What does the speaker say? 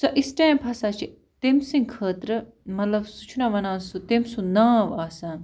سۄ سٹیمپ ہسا چھِ تٔمۍ سٕنٛدِ خٲطرٕ مطلب سُہ چھُناہ ونان سُہ تٔمۍ سُنٛد ناو آسان